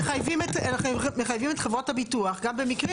אנחנו מחייבים את חברות הביטוח גם במקרים